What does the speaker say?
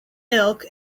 milk